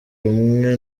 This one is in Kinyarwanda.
rumwe